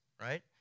right